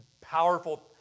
powerful